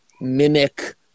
mimic